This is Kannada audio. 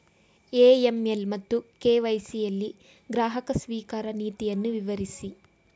ಎ.ಎಂ.ಎಲ್ ಮತ್ತು ಕೆ.ವೈ.ಸಿ ಯಲ್ಲಿ ಗ್ರಾಹಕ ಸ್ವೀಕಾರ ನೀತಿಯನ್ನು ವಿವರಿಸಿ?